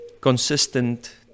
consistent